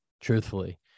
truthfully